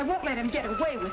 i won't let him get away with